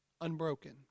unbroken